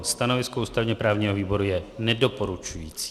Stanovisko ústavněprávního výboru je nedoporučující.